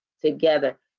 together